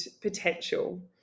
potential